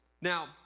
Now